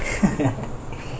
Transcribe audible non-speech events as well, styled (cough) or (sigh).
(laughs)